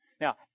Now